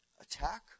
attack